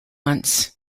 once